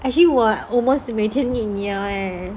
actually 我 almost 每天 meet 你了 leh